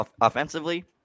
offensively